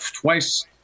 twice